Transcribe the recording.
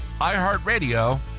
iHeartRadio